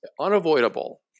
unavoidable